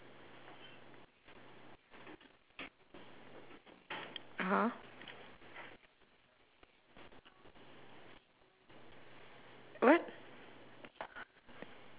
(uh huh) what